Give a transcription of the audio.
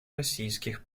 российских